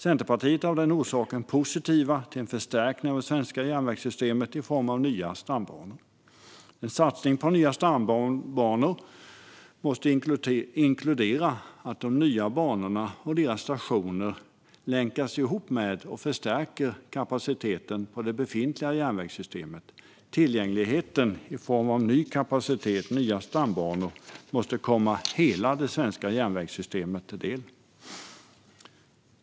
Centerpartiet är av den orsaken positivt till en förstärkning av det svenska järnvägssystemet i form av nya stambanor. En satsning på nya stambanor måste inkludera att de nya banorna och deras stationer länkas ihop med och förstärker kapaciteten i det befintliga järnvägssystemet. Tillgängligheten i form av ny kapacitet och nya stambanor måste komma hela det svenska järnvägssystemet till del.